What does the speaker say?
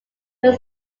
where